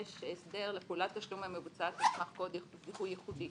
אם יש הסדר לפעולת תשלום המבוצעת על סמך קוד זיהוי ייחודי.